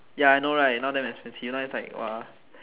ya I know right now damn expensive now it's like !wah!